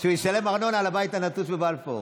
שהוא ישלם ארנונה על הבית הנטוש בבלפור.